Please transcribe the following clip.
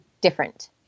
different